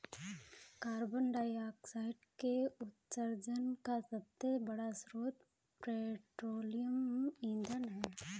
carbon dioxide के उत्सर्जन का सबसे बड़ा स्रोत पेट्रोलियम ईंधन है